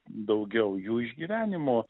daugiau jų išgyvenimo